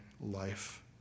life